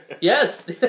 Yes